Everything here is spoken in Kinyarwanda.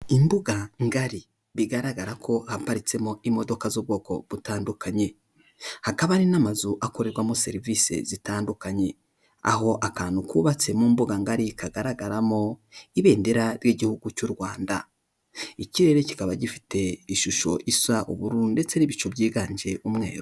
Imbuga ngari, bigaragara ko haparitsemo imodoka z'ubwoko butandukanye, hakaba hari n'amazu akorerwamo serivisi zitandukanye, aho akantu kubabatse mu mbuga ngari kagaragaramo ibendera ry'igihugu cy'u Rwanda. Ikirere kikaba gifite ishusho isa uburu ndetse n'ibicu byiganje umweru